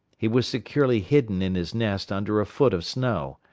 he was securely hidden in his nest under a foot of snow.